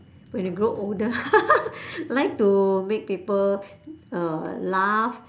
when you grow older I like to make people uh laugh